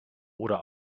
oder